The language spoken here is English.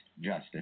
justice